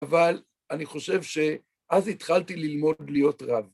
אבל אני חושב שאז התחלתי ללמוד להיות רב.